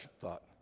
thought